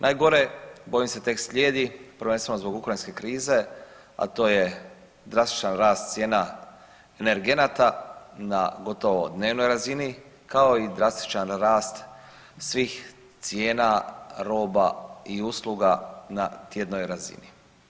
Najgore, bojim se, tek slijedi, prvenstveno zbog ukrajinske krize, a to je drastičan rast cijena energenata na gotovo dnevnoj razini, kao i drastičan rast svih cijena roba i usluga na tjednoj razini.